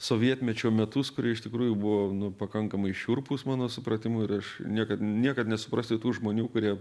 sovietmečio metus kurie iš tikrųjų buvo nu pakankamai šiurpūs mano supratimu ir aš niekad niekad nesuprasiu tų žmonių kurie